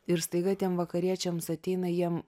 ir staiga tiem vakariečiams ateina jiem